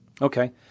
okay